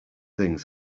things